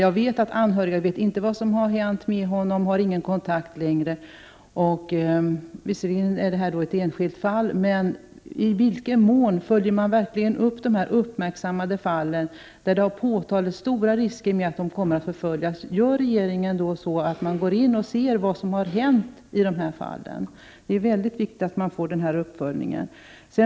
Men de anhöriga har inte någon kontakt med honom och vet inte vad som har hänt med honom. Visserligen tar jag här upp ett enskilt fall, men jag undrar i vilken utsträckning man följer upp dessa uppmärksammade fall, där det har påpekats att det föreligger stor risk för förföljelser i det land till vilket personen har utvisats. Tar regeringen reda på vad som har hänt i dessa fall? Det är väldigt viktigt att denna uppföljning sker.